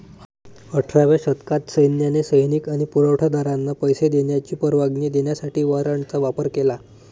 अठराव्या शतकात सैन्याने सैनिक आणि पुरवठा दारांना पैसे देण्याची परवानगी देण्यासाठी वॉरंटचा वापर केला